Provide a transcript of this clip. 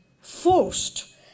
forced